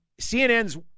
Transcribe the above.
CNN's